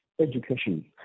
Education